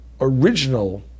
original